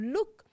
Look